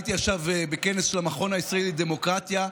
הייתי עכשיו בכנס של המכון הישראלי לדמוקרטיה,